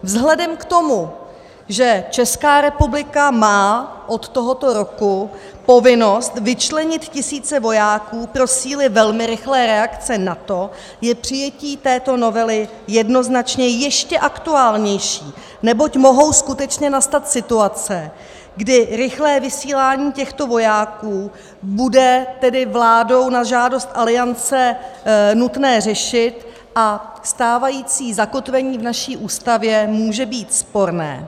Vzhledem k tomu, že Česká republika má od tohoto roku povinnost vyčlenit tisíce vojáků pro síly velmi rychlé reakce NATO, je přijetí této novely jednoznačně ještě aktuálnější, neboť mohou skutečně nastat situace, kdy rychlé vysílání těchto vojáků bude tedy vládou na žádost Aliance nutné řešit a stávající zakotvení v naší Ústavě může být sporné.